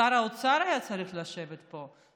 שר האוצר היה צריך לשבת פה,